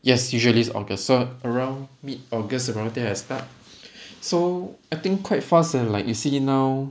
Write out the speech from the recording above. yes usually is august so around mid august around there I start so I think quite fast leh and like you see now